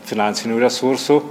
finansinių resursų